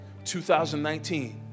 2019